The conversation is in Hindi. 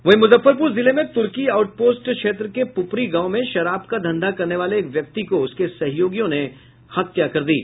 वहीं मुजफ्फरपुर जिले में तुर्की आउट पोस्ट क्षेत्र के पुपरी गांव में शराब का धंधा करने वाले एक व्यक्ति की उसके सहयोगियों ने हत्या कर दी है